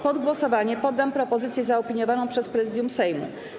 Pod głosowanie poddam propozycję zaopiniowaną przez Prezydium Sejmu.